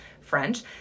French